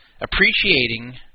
appreciating